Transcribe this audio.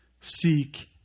seek